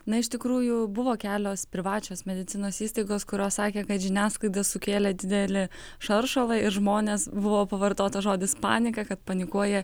na iš tikrųjų buvo kelios privačios medicinos įstaigos kurios sakė kad žiniasklaida sukėlė didelį šaršalą ir žmonės buvo pavartotas žodis panika kad panikuoja